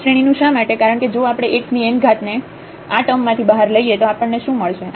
n શ્રેણીનું શા માટે કારણ કે જો આપણે x ની n ઘાત ને આ ટર્મ માંથી બહાર લઈએ તો આપણને શું મળશે